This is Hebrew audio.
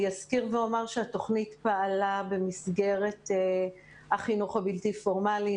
אני אזכיר ואומר שהתוכנית פעלה במסגרת החינוך הבלתי פורמלי.